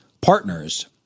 partners